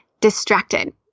distracted